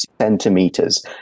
centimeters